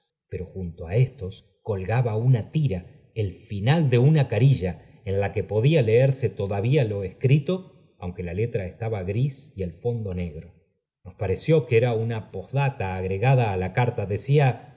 pero junto a éstos colgaba una tira el final de una carilla en la que podía leerse todavía lo escrito aunque la letra estaba gris y el fondo negro nos pareció que era una posdata agregada á la carta decía